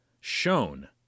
shown